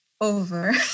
over